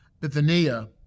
Bithynia